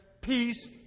Peace